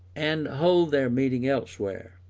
and hold their meeting elsewhere.